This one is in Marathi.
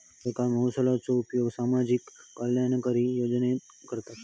सरकार महसुलाचो उपयोग सामाजिक कल्याणकारी योजनेत करता